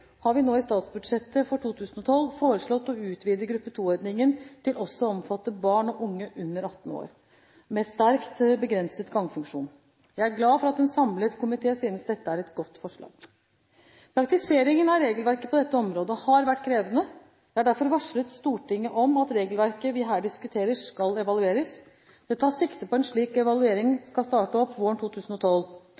har vi nå i statsbudsjettet for 2012 foreslått å utvide gruppe 2-ordningen til også å omfatte barn og unge under 18 år med sterkt begrenset gangfunksjon. Jeg er glad for at en samlet komité synes dette er et godt forslag. Praktiseringen av regelverket på dette området har vært krevende. Jeg har derfor varslet Stortinget om at regelverket vi her diskuterer, skal evalueres. Det tas sikte på at en slik evaluering